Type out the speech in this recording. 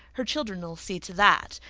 her children'll see to that.